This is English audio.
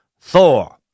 Thor